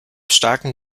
starken